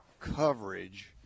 coverage